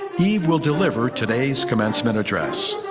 eve will deliver today's commencement address.